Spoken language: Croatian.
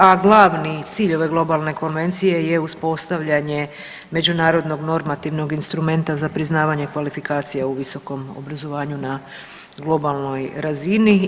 A glavni cilj ove globalne konvencije je uspostavljanje međunarodnog normativnog instrumenta za priznavanje kvalifikacija u visokom obrazovanju na globalnoj razini.